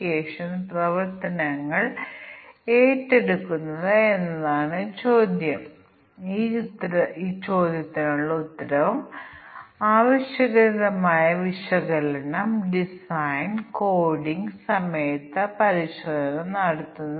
അതിനാൽ ഒരു പ്രശ്നം നൽകിയാൽ നമുക്ക് പരാമീറ്ററുകളുടെ എണ്ണം ഉണ്ട് ആ പരാമീറ്ററുകളിലെ ചില വ്യവസ്ഥകളെ അടിസ്ഥാനമാക്കി നമുക്ക് ചില പ്രവർത്തനങ്ങൾ നടക്കുന്നു